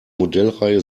modellreihe